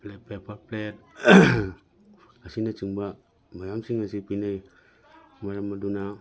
plate paper plate ꯑꯁꯤꯅ ꯆꯤꯡꯕ ꯃꯌꯥꯝꯁꯤꯡ ꯑꯁꯤ ꯄꯤꯅꯩ ꯃꯔꯝ ꯑꯗꯨꯅ